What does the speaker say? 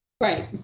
Right